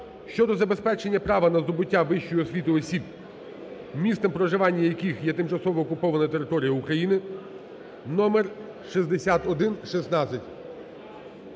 щодо забезпечення права на здобуття вищої освіти осіб, місцем проживання яких є тимчасово окупована територія України (номер 6116).